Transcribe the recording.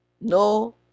No